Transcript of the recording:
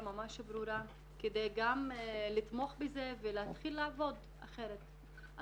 ממש ברורה כדי לתמוך בזה ולהתחיל לעבוד אחרת.